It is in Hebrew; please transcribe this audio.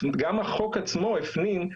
גם החוק עצמו הפנים,